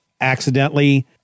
accidentally